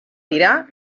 tirà